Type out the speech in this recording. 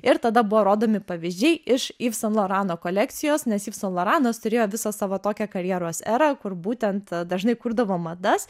ir tada buvo rodomi pavyzdžiai iš ivs san lorano kolekcijos nes ivs san loranas turėjo visą savo tokią karjeros erą kur būtent dažnai kurdavo madas